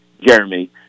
Jeremy